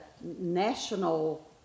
national